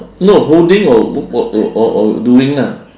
no holding or or or or doing ah